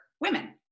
women